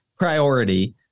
Priority